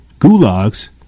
Gulags